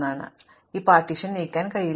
അതിനാൽ എനിക്ക് ഈ പാർട്ടീഷൻ നീക്കാൻ കഴിയില്ല